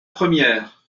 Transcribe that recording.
première